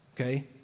okay